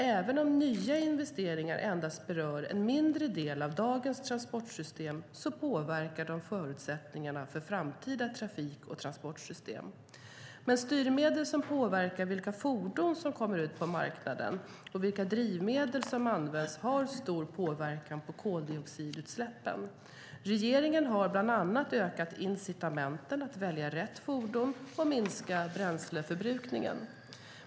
Även om nya investeringar endast berör en mindre del av dagens transportsystem så påverkar de förutsättningarna för framtida trafik och transportsystem. Men styrmedel som påverkar vilka fordon som kommer ut på marknaden och vilka drivmedel som används har stor påverkan på koldioxidutsläppen. Regeringen har bland annat ökat incitamenten att välja rätt fordon och minska bränsleförbrukningen.